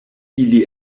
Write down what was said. ili